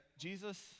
Jesus